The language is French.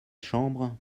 chambre